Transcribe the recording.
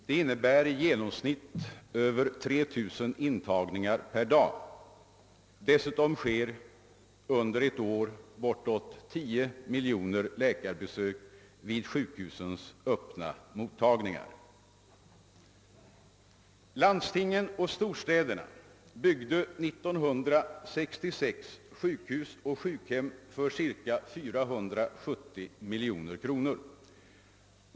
Det innebär i genomsnitt över 3 000 intagningar per dag. Dessutom görs under ett år bortåt 10 miljoner sjukbesök hos läkare vid sjukhusens öppna mottagningar. Landstingen och storstäderna byggde 1966 sjukhus och sjukhem för cirka 470 miljoner kronor.